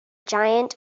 giant